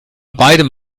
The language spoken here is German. beidem